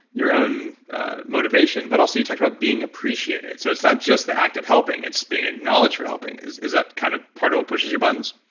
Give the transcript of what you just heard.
your own motivation. but also you talked about being appreciated. so, it's not just the act of helping, it's being aknowledged for helping. is is that kind of part of what pushes your buttons?